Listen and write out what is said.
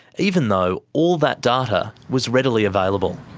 even though all that data was readily available.